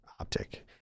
optic